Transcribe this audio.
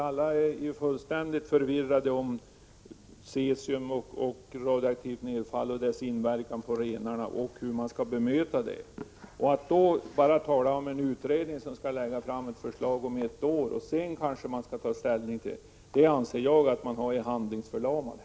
Alla är fullständigt förvirrade när det gäller cesiumets och det övriga radioaktiva nedfallets inverkan på renarna och hur man skall bemästra det. När man då bara talar om en utredning som skall lägga fram ett förslag om ett år som man sedan skall ta ställning till, då är man handlingsförlamad.